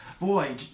Boy